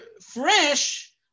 fresh